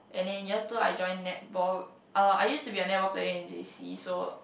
and then year two I join netball uh I used to be a netball player in J_C so